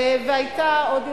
אבל לא בשדרות ולא באופקים.